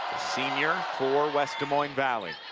senior for west des moines valley.